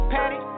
Patty